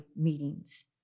meetings